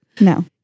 No